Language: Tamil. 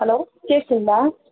ஹலோ கேட்குதுங்களா